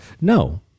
No